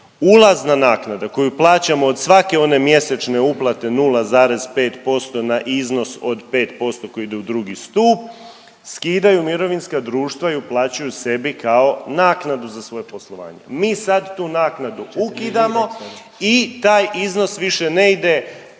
Ulazna naknada koju plaćamo od svake one mjesečne uplate 0,5% na iznos od 5% koji ide u drugi stup skidaju mirovinska društva i uplaćuju sebi kao naknadu za svoje poslovanje. Mi sad tu naknadu ukidamo i taj iznos više ne ide